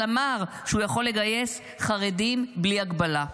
אמר שבעוד שנה הוא יכול לגייס חרדים בלי הגבלה.